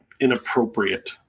inappropriate